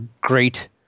great